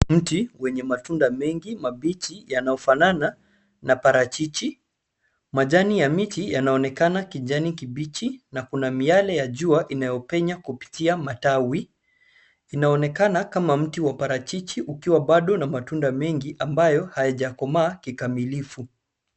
Mti wenye matunda mengi mabichi yanayofanana na parachichi. Majani ya miti yanaonekana kijani kibichi na kuna miale ya jua inayopenya kupitia matawi. Inaonekana kama mti wa parachichi ukiwa baado na matunda mengi ambayo haijakomaa kikamilifu.